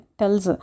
tells